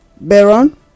baron